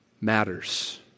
matters